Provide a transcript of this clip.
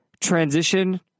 transition